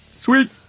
Sweet